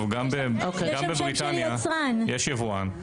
יש יבואן.